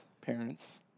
parents